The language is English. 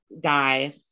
guy